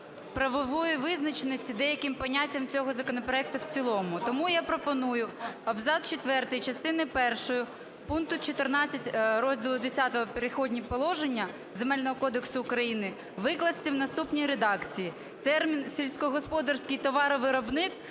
правової визначеності деяким поняттям цього законопроекту в цілому. Тому я пропоную "абзац четвертий частини першої пункту 14 Розділу X "Перехідні положення" Земельного кодексу України викласти у наступній редакції: "Термін "сільськогосподарський товаровиробник"